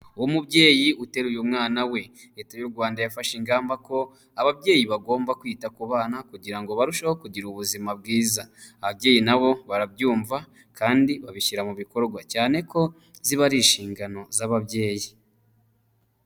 Umubyeyi uteruye umwana we. Leta y'u Rwanda yafashe ingamba ko ababyeyi bagomba kwita ku bana kugira ngo barusheho kugira ubuzima bwiza. Ababyeyi na bo barabyumva kandi babishyira mu bikorwa, cyane ko ziba ari inshingano z'ababyeyi.